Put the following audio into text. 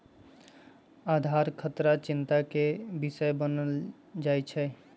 आधार खतरा चिंता के विषय बन जाइ छै